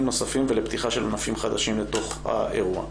נוספים ולפתיחה של ענפים חדשים לתוך האירוע.